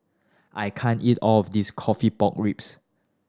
I can't eat all of this coffee pork ribs